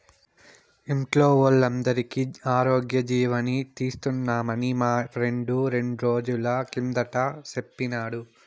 ఇంట్లో వోల్లందరికీ ఆరోగ్యజీవని తీస్తున్నామని మా ఫ్రెండు రెండ్రోజుల కిందట సెప్పినాడు